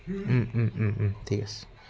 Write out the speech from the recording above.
ঠিক আছে